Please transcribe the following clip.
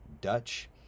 Dutch